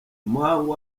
umuhango